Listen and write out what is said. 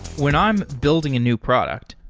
when i'm building a new product,